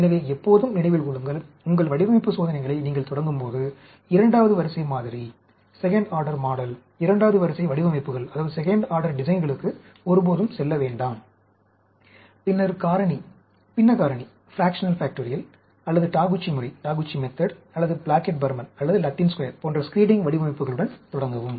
எனவே எப்போதும் நினைவில் கொள்ளுங்கள் உங்கள் வடிவமைப்பு சோதனைகளை நீங்கள் தொடங்கும்போது இரண்டாவது வரிசை மாதிரி இரண்டாவது வரிசை வடிவமைப்புகளுக்கு ஒருபோதும் செல்ல வேண்டாம் பின்ன காரணி அல்லது டாகுச்சி முறை அல்லது பிளாக்கெட் பர்மன் அல்லது லத்தீன் ஸ்கொயர் போன்ற ஸ்க்ரீனிங் வடிவமைப்புகளுடன் தொடங்கவும்